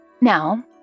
Now